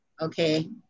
Okay